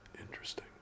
Interesting